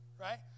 right